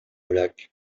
molac